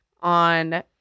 on